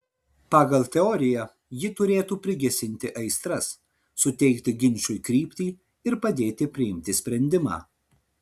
pagal teoriją ji turėtų prigesinti aistras suteikti ginčui kryptį ir padėti priimti sprendimą